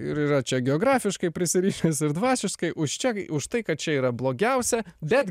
ir yra čia geografiškai prisirišęs ir dvasiškai už čia už tai kad čia yra blogiausia bet